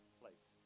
place